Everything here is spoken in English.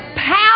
power